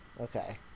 Okay